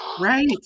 Right